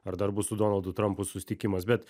ar dar bus su donaldu trumpu susitikimas bet